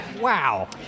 Wow